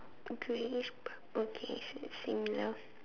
greyish purple K so it's similar